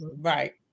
right